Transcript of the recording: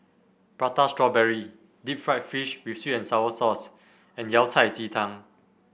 Prata Strawberry Deep Fried Fish with sweet and sour sauce and Yao Cai Ji Tang